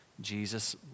Jesus